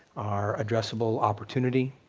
our addressable opportunity,